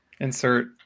Insert